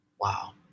Wow